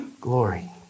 glory